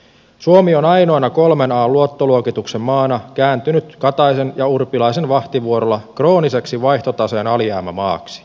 suomi on ainoana kolmen an luottoluokituksen maana kääntynyt kataisen ja urpilaisen vahtivuorolla krooniseksi vaihtotaseen alijäämämaaksi